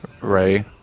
Ray